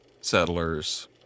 settlers